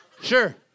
Sure